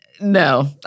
no